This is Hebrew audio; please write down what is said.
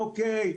אוקיי,